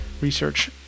research